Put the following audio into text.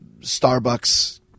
Starbucks